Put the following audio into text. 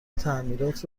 تعمیرات